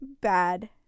bad